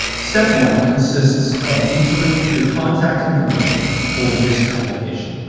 step one consists of entering the contact information for this application.